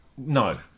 No